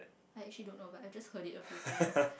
I actually don't know but I've just heard it a few times